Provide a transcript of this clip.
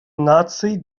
наций